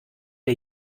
der